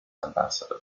ambassador